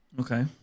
Okay